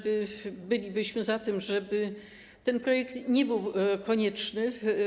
Bylibyśmy także za tym, żeby ten projekt nie był konieczny.